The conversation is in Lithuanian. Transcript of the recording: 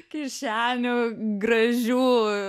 kišenių gražių